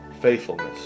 faithfulness